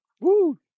Woo